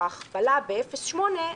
או ההכפלה ב-0.8,